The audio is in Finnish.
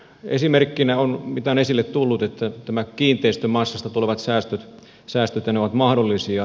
esimerkkinä on esille tullut että nämä kiinteistömassasta tulevat säästöt ovat mahdollisia